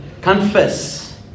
confess